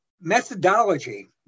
methodology